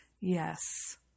Yes